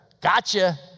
Gotcha